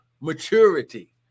maturity